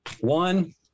One